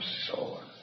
soul